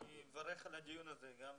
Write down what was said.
אני מברך על הדיון הזה, גם